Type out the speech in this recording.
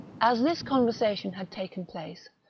as this conversation had taken place,